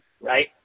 Right